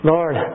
Lord